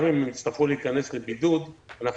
גם אם הם יצטרכו להיכנס לבידוד אנחנו